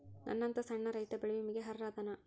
ನನ್ನಂತ ಸಣ್ಣ ರೈತಾ ಬೆಳಿ ವಿಮೆಗೆ ಅರ್ಹ ಅದನಾ?